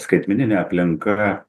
skaitmeninė aplinka